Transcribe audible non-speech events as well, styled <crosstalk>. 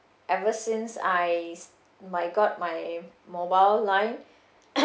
ever since I I got my mobile line <coughs>